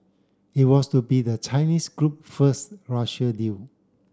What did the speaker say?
it was to be the Chinese group first Russian deal